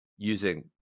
using